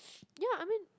ya I mean